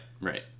right